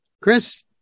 Chris